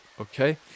okay